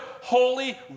holy